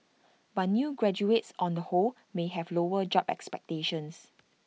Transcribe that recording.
but new graduates on the whole may have lower job expectations